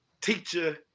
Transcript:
teacher